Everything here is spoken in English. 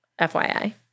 FYI